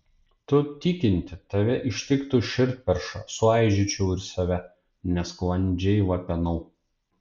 tu tikinti tave ištiktų širdperša suaižyčiau ir save nesklandžiai vapenau